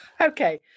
Okay